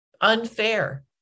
Unfair